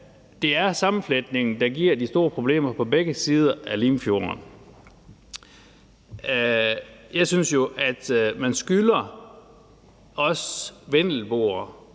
det er sammenfletningen, der giver de store problemer på begge sider af Limfjorden. Jeg synes, man skylder os vendelboer,